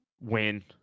win